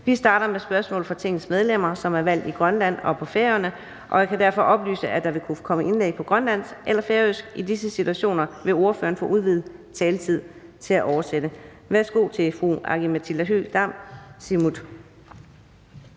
Vi starter med spørgsmål fra Tingets medlemmer, som er valgt i Grønland og på Færøerne, og jeg kan derfor oplyse, at der vil kunne komme indlæg på grønlandsk eller færøsk. I disse situationer vil ordføreren få udvidet taletid til at oversætte. Værsgo til fru Aki-Matilda Høegh-Dam, Siumut.